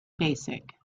basic